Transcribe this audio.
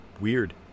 weird